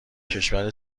کشور